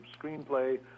screenplay